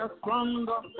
stronger